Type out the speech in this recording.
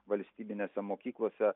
valstybinėse mokyklose